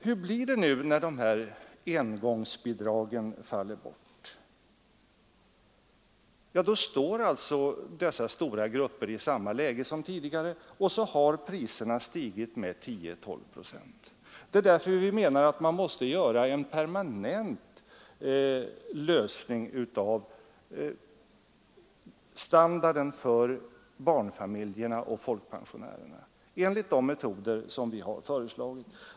Hur blir det nu när dessa engångsbidrag tar slut? Då befinner sig alltså dessa stora grupper i samma läge som tidigare och priserna har stigit med 10—12 procent. Därför menar vi att man måste åstadkomma en permanent lösning vad beträffar barnfamiljernas och folkpensionärernas standard — enligt de metoder som vi har föreslagit.